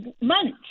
months